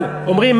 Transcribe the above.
אבל אומרים,